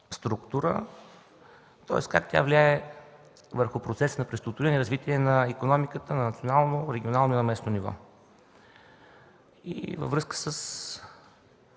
структура – как тя влияе върху процеса на преструктуриране и развитие на икономиката на национално, регионално и на местно ниво. Във връзка с